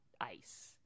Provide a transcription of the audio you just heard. ice